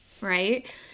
right